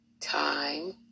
time